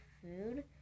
food